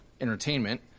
entertainment